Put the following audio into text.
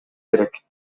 керек